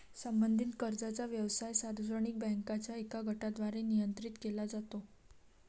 संबंधित कर्जाचा व्यवसाय सार्वजनिक बँकांच्या एका गटाद्वारे नियंत्रित केला जातो